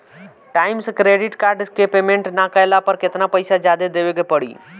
Time से credit card के payment ना कैला पर केतना पईसा जादे देवे के पड़ी?